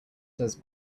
does